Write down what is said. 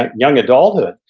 like young adulthood.